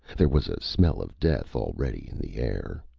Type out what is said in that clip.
there was a smell of death already in the air.